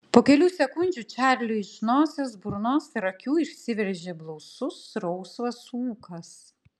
po kelių sekundžių čarliui iš nosies burnos ir akių išsiveržė blausus rausvas ūkas